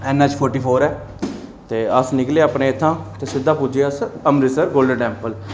NH forty four ऐ ते अस्स निकले अपने इत्थूं ते सिद्दा पुज्जे अस अमृतसर गोल्डन टैम्पल